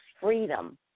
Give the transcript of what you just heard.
freedom